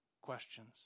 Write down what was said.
questions